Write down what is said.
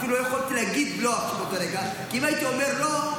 אפילו לא יכולתי להגיד לא --- כי אם הייתי אומר לא,